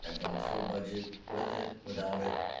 i've gone through a budget with it, without it.